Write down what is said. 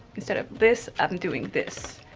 instead of this, i'm doing this.